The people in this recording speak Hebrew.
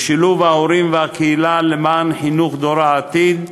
שילוב ההורים והקהילה למען חינוך דור העתיד,